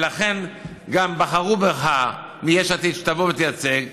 ולכן גם בחרו בך מיש עתיד שתבוא ותייצג.